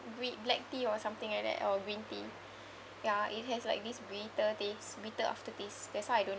with black tea or something like that or green tea ya it has like this bitter taste bitter aftertaste that's why I don't